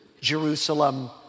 Jerusalem